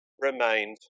remained